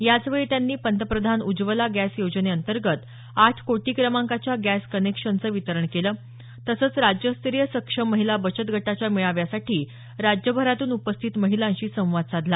याचवेळी त्यांनी पंतप्रधान उज्जवला गॅस योजनेअंतर्गत आठ कोटी क्रमांकाच्या गॅस कनेक्शनचं वितरण केलं तसंच राज्यस्तरीय सक्षम महिला बचत गटाच्या मेळाव्यासाठी राज्यभरातून उपस्थित महिलांशी संवाद साधला